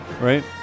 right